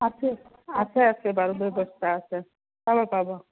আছে আছে আছে বাৰু ব্যৱস্থা আছে পাব পাব